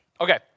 Okay